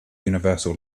universal